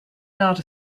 not